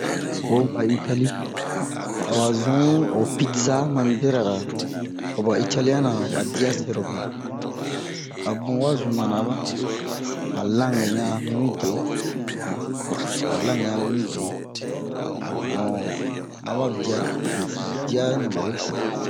O va itali a wa zun ho pidza ma mu bera ra ho ba italiɛn na ba dia sɛrobe a bun wa zunara ba han lange yan mi mide ba lange yan mi mide don ma ba dia be dia nɛ ba we sɛ